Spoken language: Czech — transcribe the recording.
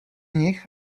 nich